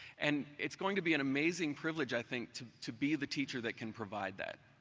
and it's going to be an amazing privilege, i think, to to be the teacher that can provide that.